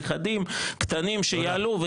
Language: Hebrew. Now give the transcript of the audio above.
נכדים קטנים שיעלו,